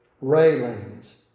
railings